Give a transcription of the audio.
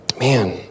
Man